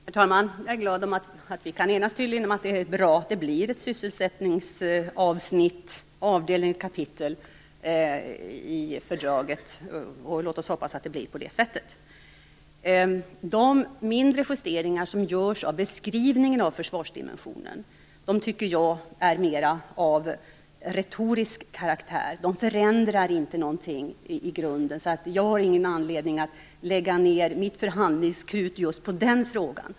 Herr talman! Jag är glad över att vi tydligen kan enas om att det är bra att det blir ett sysselsättningsavsnitt, avdelning och kapitel i fördraget. Låt oss hoppas att det blir på det sättet. De mindre justeringar som görs av beskrivningen av försvarsdimensionen tycker jag är mer av retorisk karaktär. De förändrar ingenting i grunden, så jag har ingen anledning att lägga ned mitt förhandlingskrut på just den frågan.